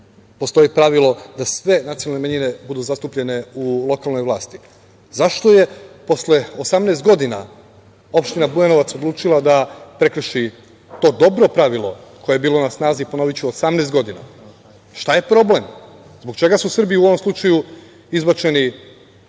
postoji pravilo da sve nacionalne manjine budu zastupljene u lokalnoj vlasti.Zašto je posle 18 godina opština Bujanovac odlučila da prekrši to dobro pravilo koje je bilo na snazi, ponoviću 18 godina? Šta je problem? Zbog čega su Srbi u ovom slučaju izbačeni